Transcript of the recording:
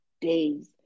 days